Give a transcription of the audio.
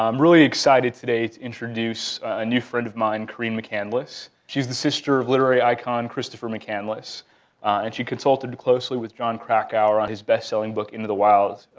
um really excited today to introduce a new friend of mine, carine mccandless. she's the sister of literary icon christopher mccandless and she consulted closely with jon krakauer on his bestselling book, into the wild,